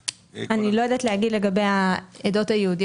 אני יודע שיש צוות לזה, אני יודע שיש צוות ייעודי